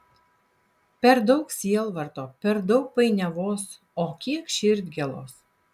per daug sielvarto per daug painiavos o kiek širdgėlos